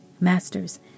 Masters